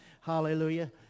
hallelujah